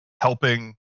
helping